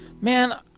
Man